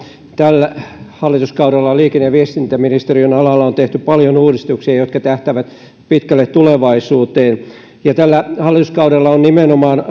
tällä hallituskaudella liikenne ja viestintäministeriön alalla on tehty paljon uudistuksia jotka tähtäävät pitkälle tulevaisuuteen ja tällä hallituskaudella on nimenomaan